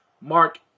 Mark